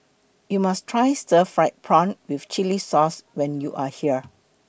YOU must Try Stir Fried Prawn with Chili Sauce when YOU Are here